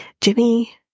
Jimmy